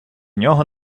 нього